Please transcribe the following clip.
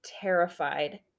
terrified